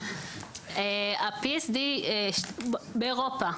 ה-PSD באירופה,